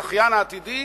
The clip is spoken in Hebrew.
הזכיין העתידי,